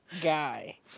guy